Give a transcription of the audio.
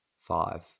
five